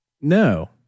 No